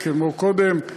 כמו קודם,